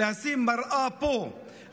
יותר מזה.